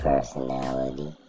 personality